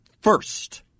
first